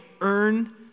earn